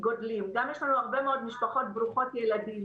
יש לנו גם הרבה משפחות ברוכות ילדים